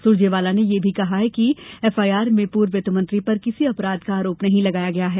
सुरजेवाला ने यह भी कहा कि एफआईआर में पूर्व वित्तमंत्री पर किसी अपराध का आरोप नहीं लगाया गया है